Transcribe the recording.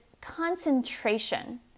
concentration